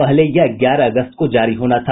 पहले यह ग्यारह अगस्त को जारी होना था